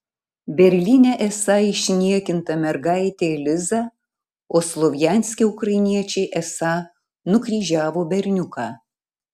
berlyne esą išniekinta mergaitė liza o slovjanske ukrainiečiai esą nukryžiavo berniuką